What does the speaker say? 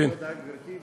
תודה, גברתי.